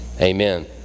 Amen